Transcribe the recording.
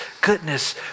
goodness